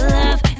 love